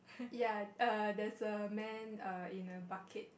ya err there's a man err in a bucket